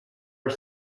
are